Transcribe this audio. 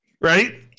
Right